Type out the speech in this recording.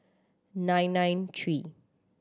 nine nine three